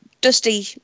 Dusty